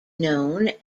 known